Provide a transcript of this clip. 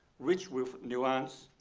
rich with nuance,